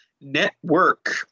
Network